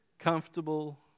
comfortable